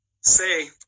say